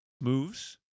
Moves